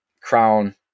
crown